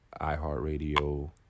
iHeartRadio